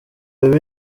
biba